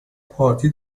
پارتی